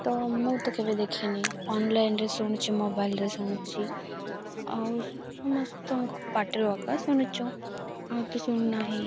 ତ ମୁଁ ତ କେବେ ଦେଖିନି ଅନଲାଇନ୍ରେ ଶୁଣୁଚି ମୋବାଇଲ୍ରେ ଶୁଣୁଛି ଆଉ ସମସ୍ତଙ୍କ ପାଟିରେ ଏକା ଶୁଣୁଛୁ ଆଉ ତ ଶୁଣୁନାହିଁ